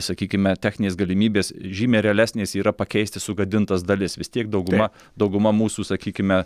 sakykime techninės galimybės žymiai realesnės yra pakeisti sugadintas dalis vis tiek dauguma dauguma mūsų sakykime